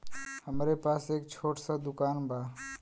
हमरे पास एक छोट स दुकान बा